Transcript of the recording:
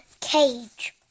cage